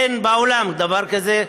אין בעולם דבר כזה,